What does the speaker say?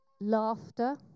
laughter